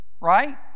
right